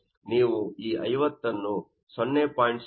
ಆದ್ದರಿಂದ ನೀವು ಈ 50 ಅನ್ನು 0